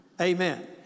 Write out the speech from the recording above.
Amen